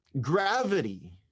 gravity